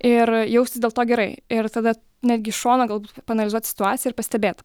ir jaustis dėl to gerai ir tada netgi iš šono galbūt paanalizuot situaciją ir pastebėt